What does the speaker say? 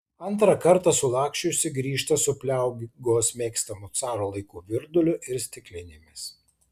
antrą kartą sulaksčiusi grįžta su pliaugos mėgstamu caro laikų virduliu ir stiklinėmis